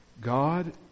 God